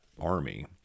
army